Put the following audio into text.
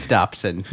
Dobson